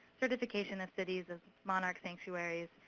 certification of cities as monarch sanctuaries.